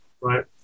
right